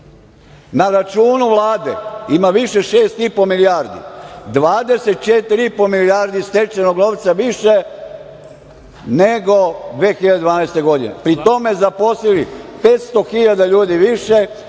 Na računu Vlade ima više 6,5 milijardi, 24,5 milijardi stečenog novca više nego 2012. godine, pri tome zaposlili 500 hiljada ljudi više.